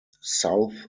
south